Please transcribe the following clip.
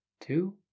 two